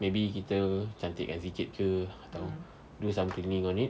maybe kita cantik kan sikit ke atau do some cleaning on it